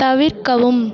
தவிர்க்கவும்